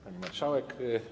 Pani Marszałek!